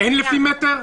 שם גם לפי מטר?